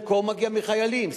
חלקו מגיע מחיילים.